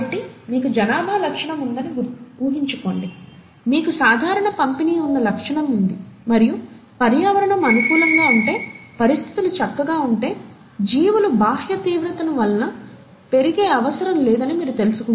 కాబట్టి మీకు జనాభా లక్షణం ఉందని ఊహించుకోండి మీకు సాధారణ పంపిణీ ఉన్న లక్షణం ఉంది మరియు పర్యావరణం అనుకూలంగా ఉంటే పరిస్థితులు చక్కగా ఉంటే జీవుల బాహ్య తీవ్రత వలన పెరిగే అవసరం లేదని మీరు తెలుసుకుంటారు